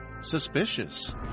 suspicious